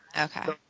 Okay